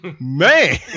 Man